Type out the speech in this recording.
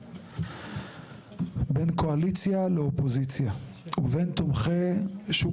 בין קואליציה לאופוזיציה ובין תומכי השוק